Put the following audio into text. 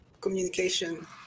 communication